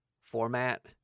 format